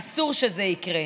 אסור שזה יקרה.